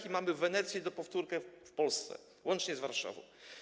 I mamy Wenecję, powtórkę w Polsce, łącznie z Warszawą.